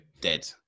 Dead